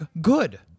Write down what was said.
Good